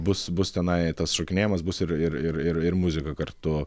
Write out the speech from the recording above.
bus bus tenai tas šokinėjimas bus ir ir ir ir ir muzika kartu